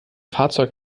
fahrzeug